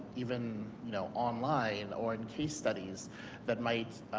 even, you know, online or in case studies that might,